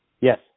Yes